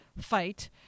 fight